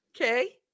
Okay